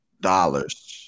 dollars